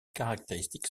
caractéristique